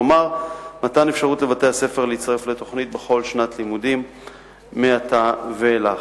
כלומר מתן אפשרות לבתי-הספר להצטרף לתוכנית בכל שנת לימודים מעתה ואילך.